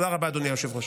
תודה רבה, אדוני היושב-ראש.